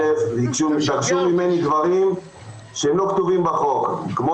הם ביקשו ממני דברים שלא כתובים בחוק כמו